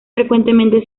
frecuentemente